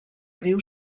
riu